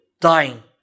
dying